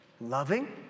loving